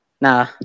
nah